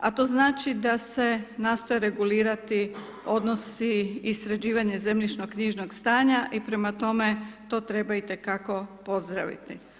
a to znači da se nastoji regulirati odnosi i sređivanje zemljišnoknjižnog stanja, i prema tome to treba itekako pozdraviti.